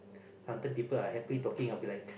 sometime people are happily talking I'll be like